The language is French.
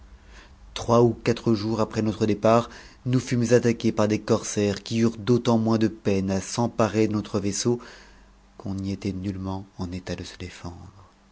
trois ou quatre jours après notre départ nous fumes attaqués par des corsaires qui eurent d'autant moins de peine à s'emparer de notre vaisseau qu'on n'y était nullement en état de se défendre